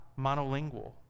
monolingual